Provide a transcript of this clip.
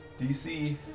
DC